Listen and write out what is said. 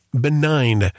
benign